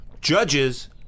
Judges